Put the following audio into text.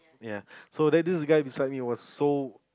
ya so then this guy beside was so